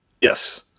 yes